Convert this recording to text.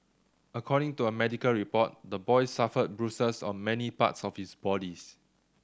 according to a medical report the boy suffered bruises on many parts of his body